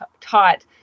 taught